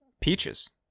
Peaches